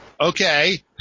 Okay